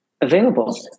available